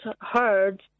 heard